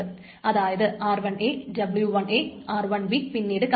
അതായത് r1 w1 r1 പിന്നെ commit